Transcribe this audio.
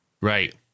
Right